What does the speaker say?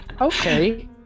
Okay